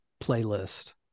playlist